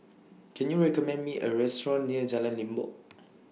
Can YOU recommend Me A Restaurant near Jalan Limbok